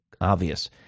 obvious